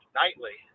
nightly